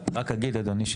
אני רק אגיד אדוני,